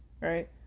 right